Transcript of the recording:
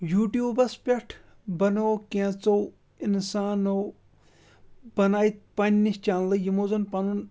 یوٗٹیوٗبَس پٮ۪ٹھ بَنوو کینٛژو اِنسانو بَناے پنٛنہِ چَنلہٕ یِمو زَن پَنُن